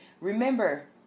remember